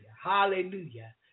hallelujah